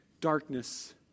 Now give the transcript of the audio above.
darkness